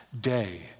day